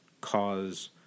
cause